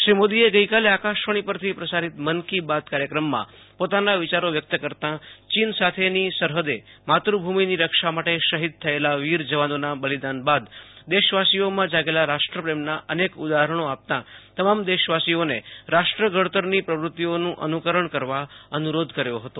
શ્રી મોદીએ ગઈકાલે આકાશવાણી પરથી પ્રસારિત મન કી બાતે કાર્યક્રમમાં પોતાના વિયારો વ્યક્ત કરતાં ચીન સાથેની સરહદે માતૃભૂમિની રક્ષા માટે શહિદ થયેલા વીર જવાનોના બલિદાન બાદ દેશવાસીઓમાં જાગેલા રાષ્ટ્રપ્રેમના અનેક ઉદાહરણી આપતાં તમામ દેશવાસીઓને રાષ્ટ્ર ઘડતરની પ્રવૃત્તિઓનું અનુકરણે કરવા અનુરોધ કર્યો હતો